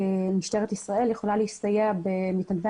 משטרת ישראל יכולה להסתייע במתנדבי